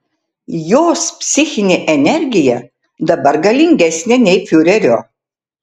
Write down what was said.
jos psichinė energija dabar galingesnė nei fiurerio